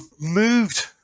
moved